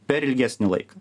per ilgesnį laiką